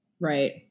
Right